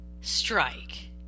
strike